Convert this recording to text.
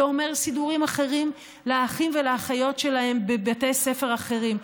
זה אומר סידורים אחרים לאחים ולאחיות שלהם בבתי ספר אחרים,